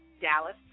Dallas